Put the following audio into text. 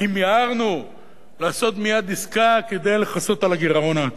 כי מיהרנו לעשות מייד עסקה כדי לכסות על הגירעון העתידי.